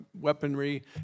weaponry